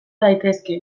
daitezke